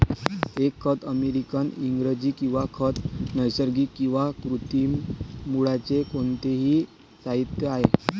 एक खत अमेरिकन इंग्रजी किंवा खत नैसर्गिक किंवा कृत्रिम मूळचे कोणतेही साहित्य आहे